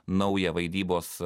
naują vaidybos